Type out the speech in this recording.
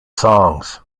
songs